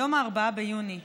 היום 5 ביוני,